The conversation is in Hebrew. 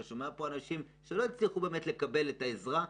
אני שומע פה אנשים שלא הצליחו באמת לקבל את העזרה,